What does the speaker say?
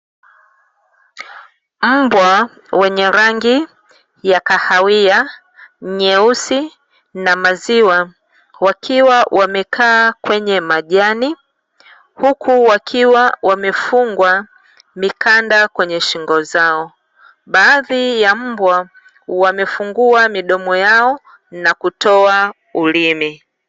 Mbwa wenye rangi ya kahawia, nyeusi na maziwa, wakiwa wamekaa kwenye majani, huku wakiwa wamefungwa mikanda kwenye shingo zao, baadhi ya mbwa wamefungwa midomo yao na kutoa ulimi.